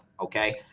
Okay